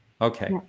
Okay